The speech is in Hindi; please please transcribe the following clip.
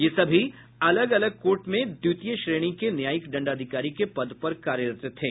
ये सभी अलग अलग कोर्ट में द्वितीय श्रेणी के न्यायिक दंडाधिकारी के पद पर कार्यरत थे